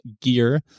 gear